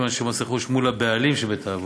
אנשי מס רכוש מול הבעלים של בית-האבות,